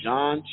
John